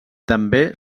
també